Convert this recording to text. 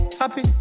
happy